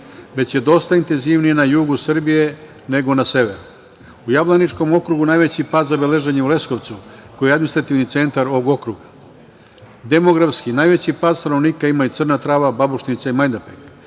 već je dosta intenzivnije na jugu Srbije, nego na severu. U Jablaničkom okrugu najveći pad zabeležen je u Leskovcu, koji je administrativni centar ovog okruga. Demografski, najveći pad stanovnika ima Crna Trava, Babušnica i Majdanpek,